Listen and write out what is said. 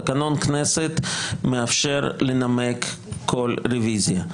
תקנון הכנסת מאפשר לנמק כל רוויזיה.